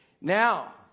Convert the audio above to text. Now